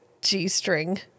G-string